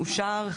אושר,